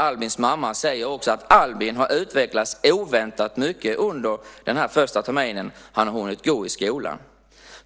och Albins mamma Yvonne säger också att Albin har utvecklats oväntat mycket under denna första termin han hunnit gå i skolan.